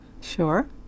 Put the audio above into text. sure